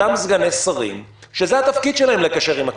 אותם סגני שרים שזה התפקיד שלהם, לקשר עם הכנסת,